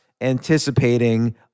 anticipating